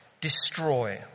destroy